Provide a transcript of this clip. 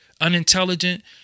unintelligent